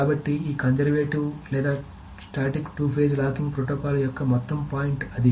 కాబట్టి ఈ కన్జర్వేటివ్ లేదా స్టాటిక్ 2 ఫేజ్ లాకింగ్ ప్రోటోకాల్ యొక్క మొత్తం పాయింట్ అది